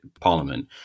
parliament